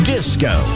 Disco